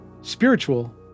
spiritual